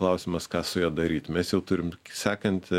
klausimas ką su ja daryt mes jau turim sekantį